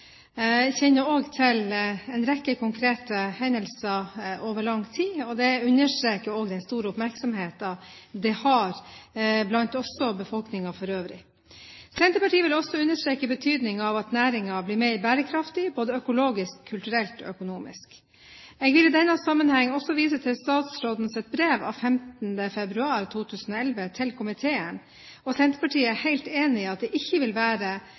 Jeg kjenner også til en rekke konkrete hendelser over lang tid. Det understreker den store oppmerksomheten dette har også blant befolkningen for øvrig. Senterpartiet vil også understreke betydningen av at næringen blir mer bærekraftig, både økologisk, kulturelt og økonomisk. Jeg vil i denne sammenheng også vise til statsrådens brev av 15. februar 2011 til komiteen, og Senterpartiet er helt enig i at det ikke vil være